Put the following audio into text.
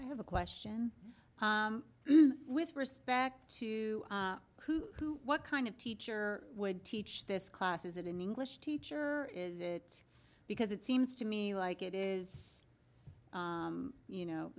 have a question with respect to who who what kind of teacher would teach this class is it an english teacher is it because it seems to me like it is you know